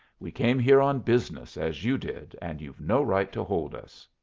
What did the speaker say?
we came here on business, as you did, and you've no right to hold us.